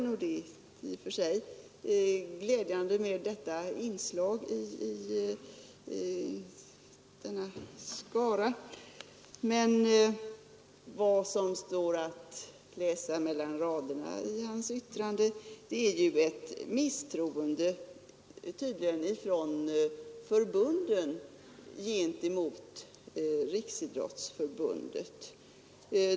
Det är i och för sig glädjande med detta inslag i vår skara, men mellan raderna i hans yttrande kan man uppfatta ett misstroende hos förbunden gentemot Riksidrottsförbundet.